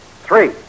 three